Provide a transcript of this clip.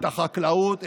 את החקלאות,